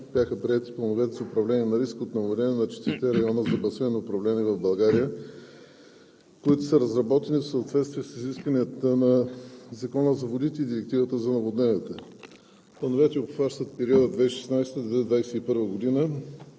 Както преди малко казах, през месец декември 2016 г. бяха приети плановете за управление на риска от наводнения на четирите района за басейново управление на водите в България, които са разработени в съответствие с изискванията на Закона за водите и Директивата за наводненията.